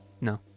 No